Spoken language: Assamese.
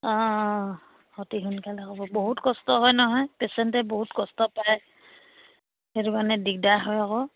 অঁ অতি সোনকালে ক'ব বহুত কষ্ট হয় নহয় পেচেণ্টে বহুত কষ্ট পায় সেইটো কাৰণে দিগদাৰ হয় আকৌ